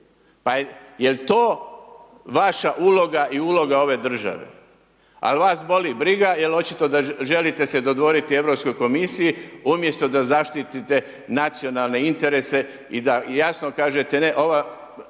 Pa jel to vaša uloga i uloga ove države? Ali vas boli briga jer očito da želite se dovoditi Europskoj komisiji umjesto da zaštitite nacionalne interese i da jasno kažete ne, ova